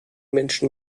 menschen